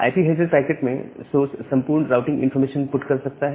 IP header packet में source संपूर्ण routing information put कर सकता है